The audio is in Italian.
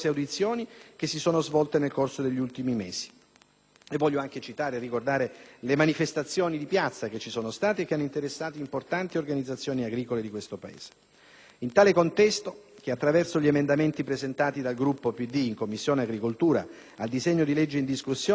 Voglio però citare anche le manifestazioni di piazza che hanno interessato importanti organizzazioni agricole del nostro Paese. In tale contesto, attraverso gli emendamenti presentati dal Gruppo PD in Commissione agricoltura al disegno di legge in discussione, avevamo chiesto - anche se purtroppo, ancora una volta,